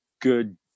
good